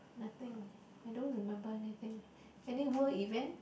nothing I don't remember anything any world event